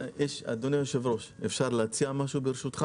אדוני היושב ראש, אפשר להציע משהו ברשותך?